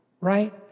right